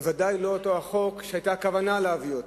ודאי לא אותו חוק שהיתה כוונה להביא.